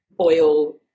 oil